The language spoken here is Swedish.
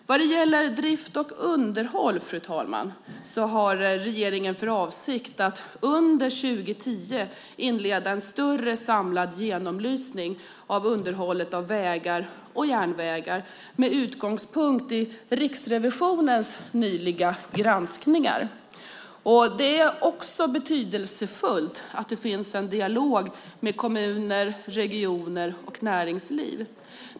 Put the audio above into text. Vad gäller drift och underhåll, fru talman, har regeringen för avsikt att under 2010 inleda en större samlad genomlysning av underhållet av vägar och järnvägar, med utgångspunkt i Riksrevisionens nyligen gjorda granskningar. Det är betydelsefullt att det finns en dialog med kommuner, regioner och näringsliv.